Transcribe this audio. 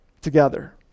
together